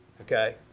okay